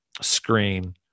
screen